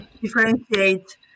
differentiate